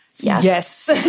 Yes